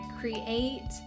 create